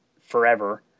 forever